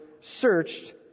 searched